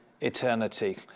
eternity